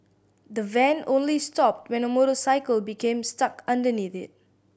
the van only stopped when a motorcycle became stuck underneath it